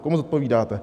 Komu zodpovídáte?